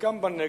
חלקם בנגב,